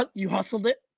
but you hustled it?